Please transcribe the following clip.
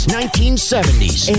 1970s